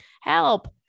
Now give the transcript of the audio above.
Help